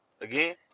Again